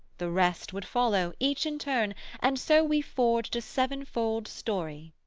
the rest would follow, each in turn and so we forged a sevenfold story.